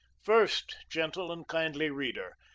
first, gentle and kindly reader,